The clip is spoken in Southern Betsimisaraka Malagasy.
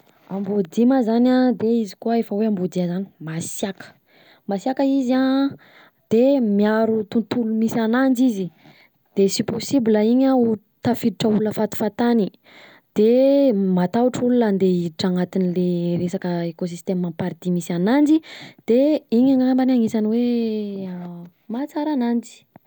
Amboa dia ma zany an de izy koa amboa dia zany, masiaka, masiaka izy an, de miaro tontolo misy ananjy izy, de tsy posible iny an, ho tafiditra olona fatifatagny, de matahotra olona andeha hiditra anatin’ny le resaka ékoistèma amin’ny party misy ananjy, de iny angambany anisan’ny hoe: a mahatsara ananjy.